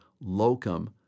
locum